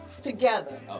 together